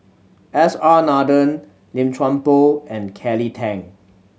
S R Nathan Lim Chuan Poh and Kelly Tang